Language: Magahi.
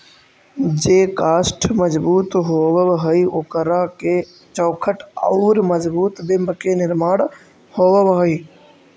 जे काष्ठ मजबूत होवऽ हई, ओकरा से चौखट औउर मजबूत बिम्ब के निर्माण होवऽ हई